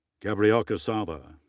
gabriel cassala,